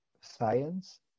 science